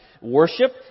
Worship